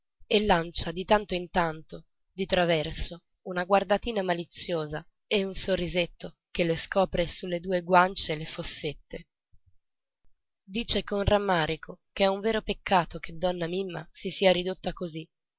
e lancia di tanto in tanto di traverso una guardatina maliziosa e un sorrisetto che le scopre su le due guance le fossette dice con rammarico ch'è un vero peccato che donna mimma si sia ridotta così